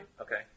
Okay